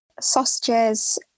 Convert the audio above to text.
sausages